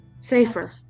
Safer